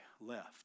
left